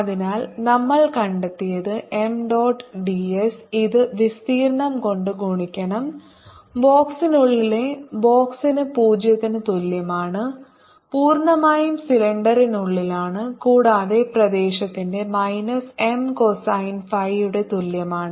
അതിനാൽ നമ്മൾ കണ്ടെത്തിയത് M dot ds ഇത് വിസ്തീർണ്ണം കൊണ്ട് ഗുണിക്കണം ബോക്സിനുള്ളിലെ ബോക്സിന് 0 ന് തുല്യമാണ് പൂർണ്ണമായും സിലിണ്ടറിനുള്ളിലാണ് കൂടാതെ പ്രദേശത്തിന്റെ മൈനസ് M കോസൈന് ഫൈ യുടെ തുല്യമാണ്